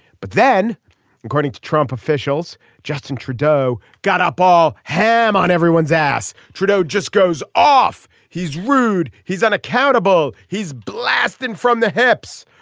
but then according to trump officials justin trudeau got up ball ham on everyone's ass. trudeau just goes off. he's rude he's unaccountable. he's blasted from the hips.